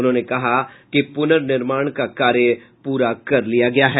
उन्होंने कहा कि प्रनर्निमाण का कार्य पूरा कर लिया गया है